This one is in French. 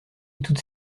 toutes